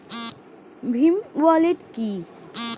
Bhim wallet কি?